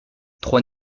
trois